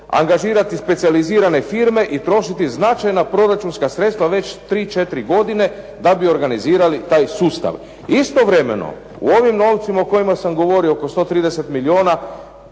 angažirati specijalizirane firme i trošiti značajna proračunska sredstva već 3, 4 godine da bi organizirali taj sustav. Istovremeno, u ovim novcima o kojima sam govorio oko 130 milijuna